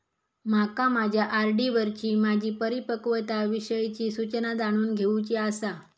माका माझ्या आर.डी वरची माझी परिपक्वता विषयची सूचना जाणून घेवुची आसा